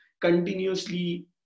continuously